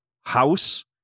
House